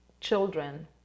children